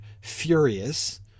furious